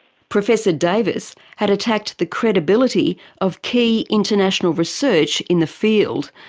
professor davis had attacked the credibility of key international research in the field.